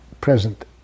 present